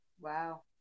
Wow